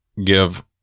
give